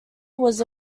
was